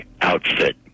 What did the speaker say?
outfit